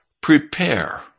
prepare